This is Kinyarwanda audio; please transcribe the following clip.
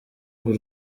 urwo